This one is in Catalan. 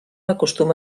acostuma